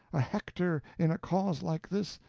a hector in a cause like this,